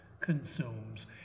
consumes